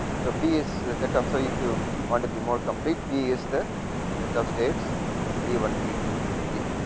so, p is the set of, so if you on to be more complete p is the set of states p one p two p three